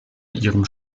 ihrem